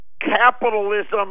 Capitalism